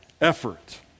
effort